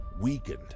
weakened